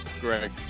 Greg